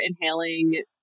inhaling